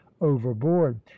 overboard